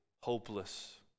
hopeless